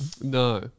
No